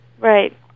Right